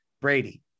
Brady